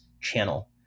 channel